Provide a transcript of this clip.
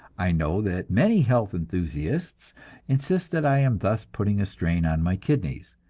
i know that many health enthusiasts insist that i am thus putting a strain on my kidneys,